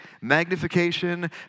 magnification